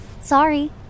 Sorry